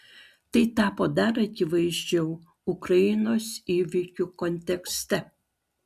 tai tapo dar akivaizdžiau ukrainos įvykių kontekste